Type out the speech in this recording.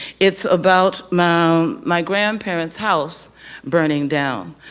it's about my my grandparents house burning down.